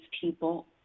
people